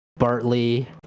Bartley